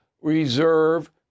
reserve